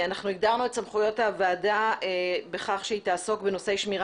הגדרנו את סמכויות הוועדה בכך שהיא תעסוק בנושא שמירה